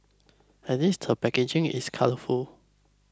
at least the packaging is colourful